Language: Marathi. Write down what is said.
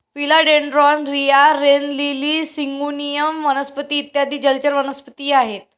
फिला डेन्ड्रोन, रिया, रेन लिली, सिंगोनियम वनस्पती इत्यादी जलचर वनस्पतीही आहेत